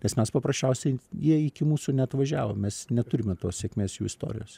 nes mes paprasčiausiai jie iki mūsų neatvažiavo mes neturime tos sėkmės istorijos